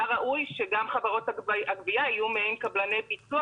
היה ראוי שגם חברות הגבייה יהיו מעין קבלני ביצוע